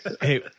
Hey